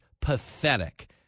pathetic